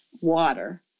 water